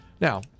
Now